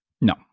No